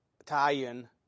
Italian